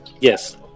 Yes